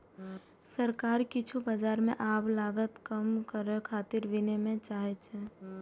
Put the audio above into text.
सरकार किछु बाजार मे आब लागत कम करै खातिर विनियम चाहै छै